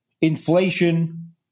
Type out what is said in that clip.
Inflation